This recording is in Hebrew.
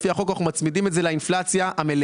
לפי החוק אנחנו מצמידים את זה לאינפלציה המלאה.